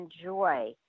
enjoy